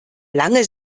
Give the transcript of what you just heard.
lange